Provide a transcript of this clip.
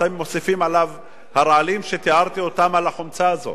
אתם מוסיפים עליהם את הרעלים שתיארתי ואת החומצה הזאת?